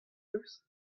eus